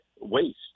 waste